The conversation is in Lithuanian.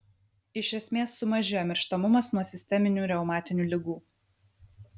iš esmės sumažėjo mirštamumas nuo sisteminių reumatinių ligų